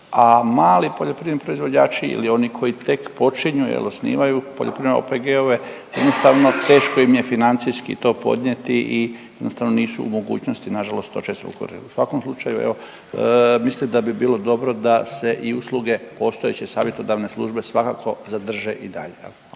a mali poljoprivredni proizvođači ili oni koji tek počinju jel osnivaju poljoprivredne OPG-ove jednostavno teško im je financijski to podnijeti i jednostavno nisu u mogućnosti nažalost …/Govornik se ne razumije./… u svakom slučaju evo mislite da bi bilo dobro da se i usluge postojeće savjetodavne službe svakako zadrže i dalje.